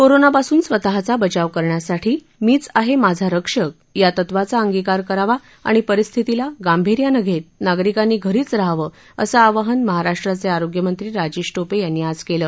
कोरोनापासून स्वतःचा बचाव करण्यासाठी मीच आहे माझा रक्षक या तत्वाचा अंगिकार करावा आणि परिस्थितीला गांभीर्यानं घेत नागरिकांनी घरीच राहावं असं आवाहन महाराष्ट्राचे आरोग्यमंत्री राजेश टोपे यांनी आज केलं